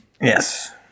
Yes